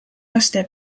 laste